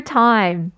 time